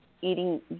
eating